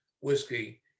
whiskey